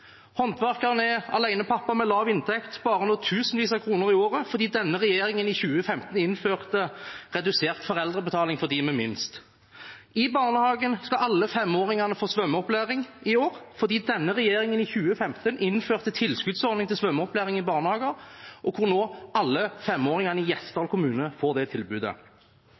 straffeskatt. Håndverkeren er alenepappa med lav inntekt og sparer tusenvis av kroner i året fordi denne regjeringen i 2015 innførte redusert foreldrebetaling for dem med minst. I barnehagen skal alle femåringene få svømmeopplæring i år fordi denne regjeringen i 2015 innførte en tilskuddsordning til svømmeopplæring i barnehager. I Gjesdal kommune får nå alle femåringene det tilbudet.